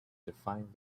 defined